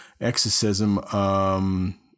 exorcism